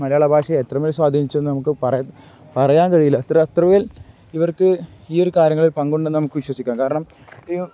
മലയാള ഭാഷയെ എത്രമേൽ സ്വാധീനിച്ചെന്ന് നമുക്ക് പറയാൻ പറയാൻ കഴിയില്ല അത്ര അത്രമേൽ ഇവർക്ക് ഈ ഒരു കാര്യങ്ങളിൽ പങ്കുണ്ടന്ന് നമുക്ക് വിശ്വസിക്കാം കാരണം ഈ